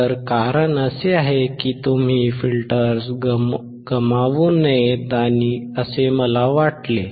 तर कारण असे आहे की तुम्ही फिल्टर्स गमावू नयेत असे मला वाटते